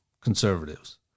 conservatives